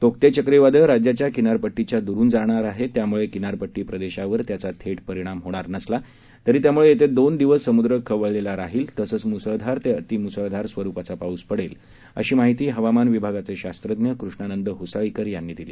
Tauktae चक्रीवादळ राज्याच्या किनारपट्टीच्या दूरून जाणार आहे त्याम्ळे किनारपट्टी प्रदेशावर त्याचा थेट परिणाम होणार नसला तरी त्यामुळे येते दोन दिवस समूद्र खवळलेला राहील तसंच म्सळधार ते अतिम्सळधार स्वरुपाचा पाऊस पडेल अशी माहिती हवामान विभागाचे शास्त्रज्ञ कृष्णानंद होसाळीकर यांनी दिली